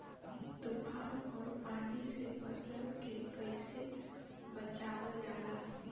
तुफान और पानी से फसल के कईसे बचावल जाला?